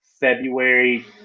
February